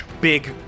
big